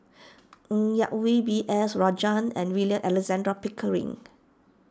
Ng Yak Whee B S Rajhans and William Alexander Pickering